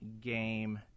game